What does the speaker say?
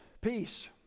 peace